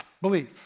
Believe